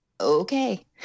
okay